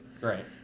right